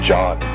John